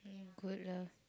good lah